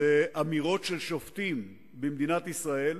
זה אמירות של שופטים במדינת ישראל,